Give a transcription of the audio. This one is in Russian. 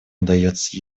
удается